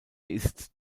ist